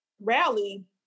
rally